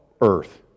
Earth